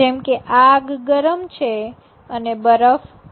જેમ કે આગ ગરમ છે અને બરફ છે